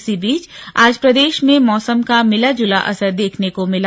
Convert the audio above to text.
इस बीच आज प्रदेा में मौसम का मिला जुला असर देखने को मिला